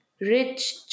rich